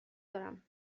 دارم